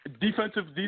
Defensive